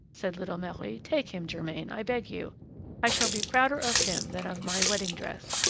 said little marie. take him, germain, i beg you i shall be prouder of him than of my wedding-dress.